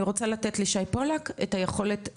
אני רוצה לתת לשי פולק את היכולת לדבר,